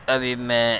ابھی میں